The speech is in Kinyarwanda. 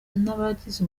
n’abagize